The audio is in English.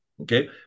okay